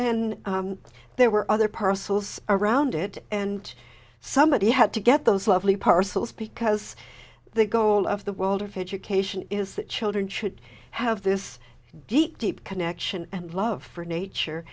then there were other parcels around it and somebody had to get those lovely parcels because the goal of the world of education is that children should have this deep deep connection and love for nature